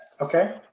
Okay